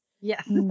Yes